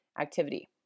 activity